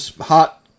hot